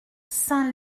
saint